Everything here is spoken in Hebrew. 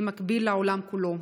במקביל לעולם כולו.